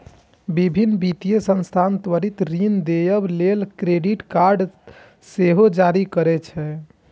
विभिन्न वित्तीय संस्थान त्वरित ऋण देबय लेल क्रेडिट कार्ड सेहो जारी करै छै